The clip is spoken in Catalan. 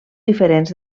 diferents